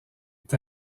est